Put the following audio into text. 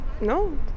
no